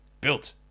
built